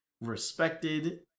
Respected